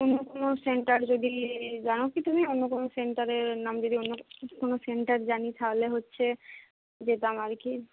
অন্য কোনো সেন্টার যদি জানো কি তুমি অন্য কোনো সেন্টারের নাম যদি কোনো সেন্টার জানি তাহলে হচ্ছে যেতাম আর কি